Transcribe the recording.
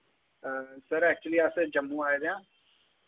sir actually अस जम्मू आए दे आं